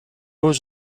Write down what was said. was